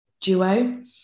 duo